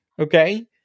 Okay